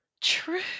true